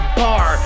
bar